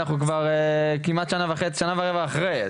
אנחנו כבר שנה ורבע אחרי,